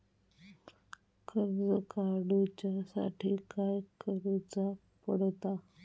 कर्ज काडूच्या साठी काय करुचा पडता?